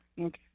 Okay